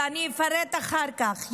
ואני אפרט אחר כך,